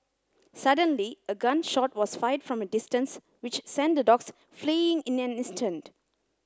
suddenly a gun shot was fired from a distance which sent the dogs fleeing in an instant